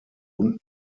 unten